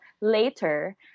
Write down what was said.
later